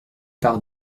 par